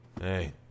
Hey